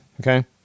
okay